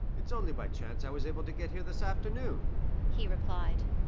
it's only by chance i was able to get here this afternoon he replied.